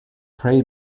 pray